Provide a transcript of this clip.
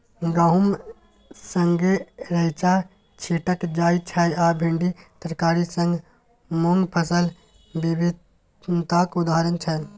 गहुम संगै रैंचा छीटल जाइ छै आ भिंडी तरकारी संग मुँग फसल बिबिधताक उदाहरण छै